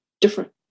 different